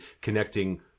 connecting